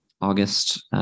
August